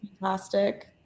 fantastic